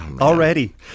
already